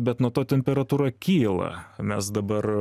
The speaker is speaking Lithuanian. bet nuo to temperatūra kyla mes dabar